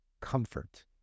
comfort